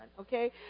okay